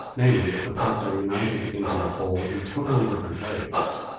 namely if the parts are united into a whole in totally different ways.